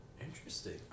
Interesting